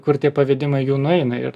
kur tie pavedimai jų nueina ir